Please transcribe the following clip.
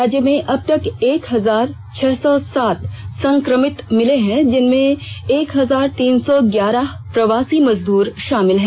राज्य में अब तक एक हजार छह सौ सात संकमित मिले हैं जिनमें एक हजार तीन सौ ग्यारह प्रवासी मजदूर शामिल हैं